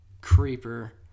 creeper